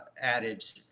adage